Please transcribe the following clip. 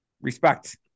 respect